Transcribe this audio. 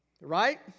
Right